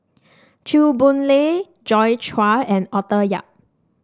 Chew Boon Lay Joi Chua and Arthur Yap